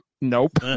Nope